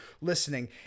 listening